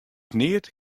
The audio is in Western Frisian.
neat